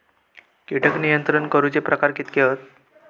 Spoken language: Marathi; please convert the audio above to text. कीटक नियंत्रण करूचे प्रकार कितके हत?